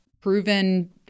proven